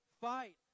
fight